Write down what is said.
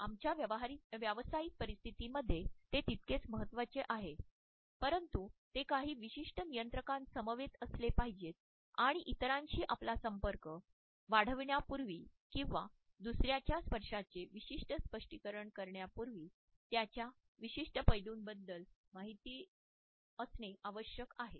आमच्या व्यावसायिक परिस्थितीमध्ये ते तितकेच महत्वाचे आहे परंतु ते काही विशिष्ट नियंत्रकांसमवेत असले पाहिजेत आणि इतरांशी आपला संपर्क वाढविण्यापूर्वी किंवा दुसर्याच्या स्पर्शाचे विशिष्ट स्पष्टीकरण करण्यापूर्वी त्याच्या विशिष्ट पैलूंबद्दल माहिती असणे आवश्यक आहे